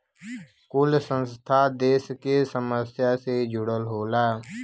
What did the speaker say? कुल संस्था देस के समस्या से जुड़ल होला